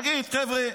תגיד: חבר'ה,